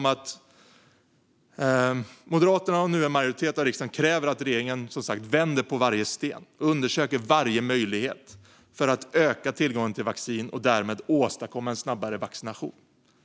Moderaterna och nu en majoritet av riksdagen kräver att regeringen vänder på varje sten och undersöker varje möjlighet att öka tillgången till vaccin och därmed åstadkomma en snabbare vaccination.